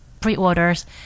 pre-orders